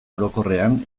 orokorrean